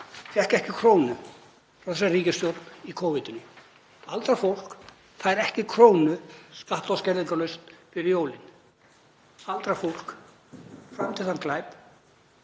fékk ekki krónu frá þessari ríkisstjórn í Covid. Aldrað fólk fær ekki krónu skatta- og skerðingarlaust fyrir jólin, aldrað fólk framdi þann glæp